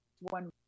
one